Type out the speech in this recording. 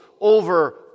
over